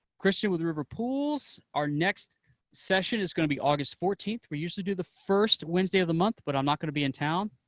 cristian with river pools. our next session is going to be august fourteenth. we used to do the first wednesday of the month, but i'm not going to be in town.